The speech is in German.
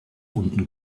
unten